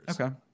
Okay